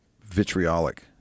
vitriolic